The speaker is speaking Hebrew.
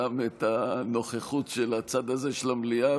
גם את הנוכחות של הצד הזה של המליאה,